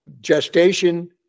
gestation